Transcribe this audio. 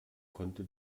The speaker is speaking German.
konnte